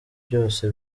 byose